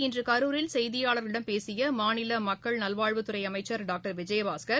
இன்று கரூரில் செய்தியாளர்களிடம் பேசிய மாநில மக்கள் நல்வாழ்வுத் துறை அமைச்சர் டாக்டர் விஜயபாஸ்கர்